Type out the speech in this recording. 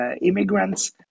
immigrants